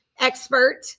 expert